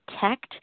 protect